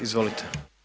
Izvolite.